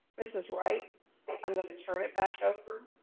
mrs. wright, i'm gonna turn it back over